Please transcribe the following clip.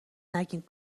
نگید